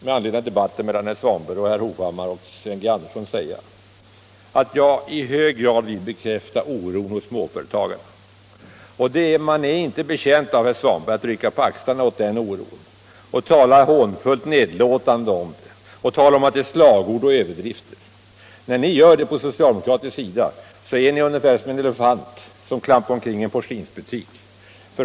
Med anledning av debatten mellan herrarna Svanberg, Hovhammar och Andersson i Örebro vill jag i hög grad bekräfta oron hos småföretagarna. De är inte betjänta av, herr Svanberg, att man rycker på axlarna åt dem och talar hånfullt och nedlåtande om problemen och säger att det rör sig om slagord och överdrifter. När ni gör det från socialdemokratiskt håll är det ungefär som elefanten som klampar omkring i en porslinsbutik.